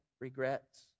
regrets